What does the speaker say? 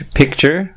picture